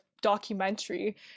documentary